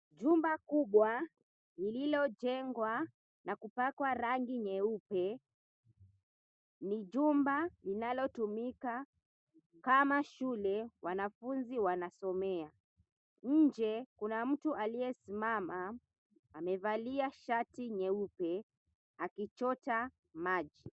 Jumba kubwa lilojengwa na kupakwa rangi nyeupe ni jumba linalotumika kama shule wanafunzi wanasomea. Nje Kuna mtu aliyesimama. Amevalia shati nyeupe akichota maji.